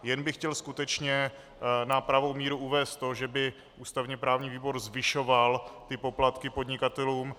Jen bych chtěl skutečně na pravou míru uvést to, že by ústavněprávní výbor zvyšoval poplatky podnikatelům.